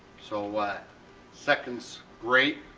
so we're second's great